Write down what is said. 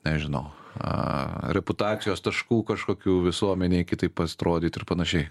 nežinaureputacijos taškų kažkokių visuomenėj kitaip atrodyt ir panašiai